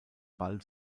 ball